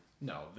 No